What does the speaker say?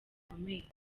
bikomeye